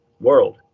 world